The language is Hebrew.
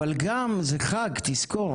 אבל גם, זה חג, תזכור.